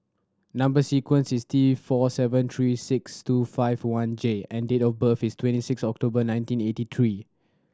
number sequence is T four seven three six two five one J and date of birth is twenty six October nineteen eighty three